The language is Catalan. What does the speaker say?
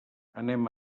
anem